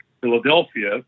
Philadelphia